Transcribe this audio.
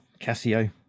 Casio